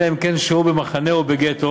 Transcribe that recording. אלא אם כן שהו במחנה או בגטו.